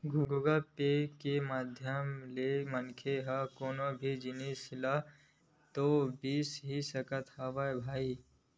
Google Pay के माधियम ले मनखे ह कोनो भी जिनिस ल तो बिसा ही सकत हवय भई